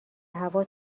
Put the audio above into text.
هوا